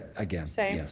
again same?